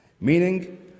meaning